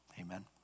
Amen